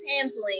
sampling